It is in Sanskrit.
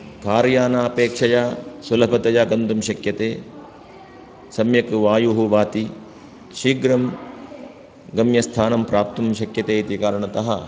कार् यानापेक्षया सुलभतया गन्तुं शक्यते सम्यक् वायुः वाति शीघ्रं गम्यस्थानं प्राप्तुं शक्यते इति कारणतः